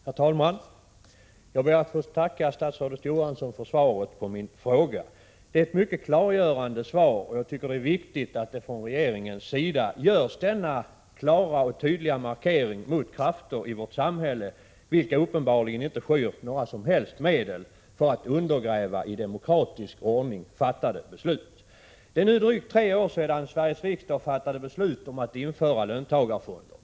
Herr talman! Jag ber att få tacka statsrådet Johansson för svaret på min fråga. Det är ett mycket klargörande svar, och jag tycker det är viktigt att man från regeringens sida gör denna klara och tydliga markering mot krafter i vårt samhälle vilka uppenbarligen inte skyr några medel för att undergräva i demokratisk ordning fattade beslut. Det är nu drygt tre år sedan Sveriges riksdag fattade beslut om att införa löntagarfonder.